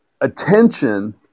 attention